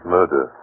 Murder